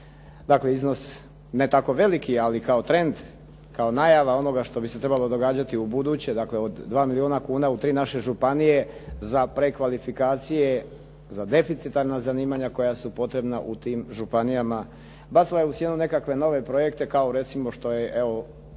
dakle, iznos, ne tako veliki ali kao trend, kao najava onoga što bi se trebalo događati ubuduće dakle od 2 milijuna kuna u tri naše županije za prekvalifikacije, za defiticarna zanimanja koja su potrebna u tim županijama, bacila je u sjenu nekakve nove projekte kao recimo što je evo